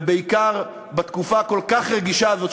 ובעיקר בתקופה הכל-כך רגישה הזאת,